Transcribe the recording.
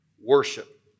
worship